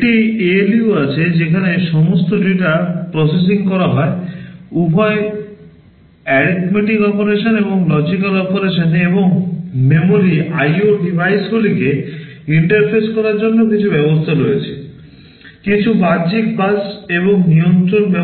একটি ALU আছে যেখানে সমস্ত ডেটা প্রসেসিং করা হয় উভয় গাণিতিক